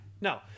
no